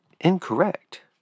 incorrect